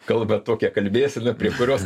kalba tokia kalbėsena prie kurios